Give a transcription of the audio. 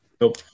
Nope